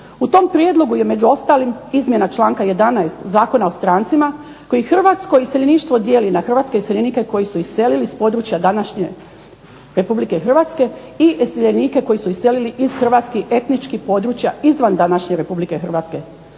u tom prijedlogu je između ostaloga i izmjena članka 11. zakona o strancima koji hrvatsko iseljeništvo dijeli na hrvatske iseljenike koji su iselili s područja današnje Republike Hrvatske i iseljenike koji su iselili iz hrvatskih etničkih područja izvan današnje Republike Hrvatske.